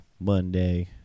Monday